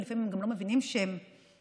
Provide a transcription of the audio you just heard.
ולפעמים הם גם לא מבינים שהם נפגעים,